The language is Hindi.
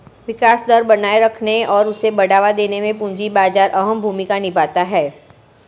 विकास दर बनाये रखने और उसे बढ़ावा देने में पूंजी बाजार अहम भूमिका निभाता है